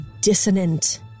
dissonant